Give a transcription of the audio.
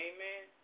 Amen